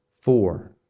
four